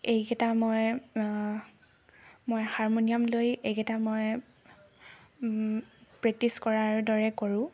এইকেইটা মই মই হাৰমনিয়াম লৈ এইকেইটা মই প্ৰেক্টিচ কৰাৰ দৰে কৰোঁ